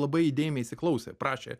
labai įdėmiai įsiklausė prašė